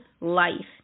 life